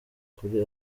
kuri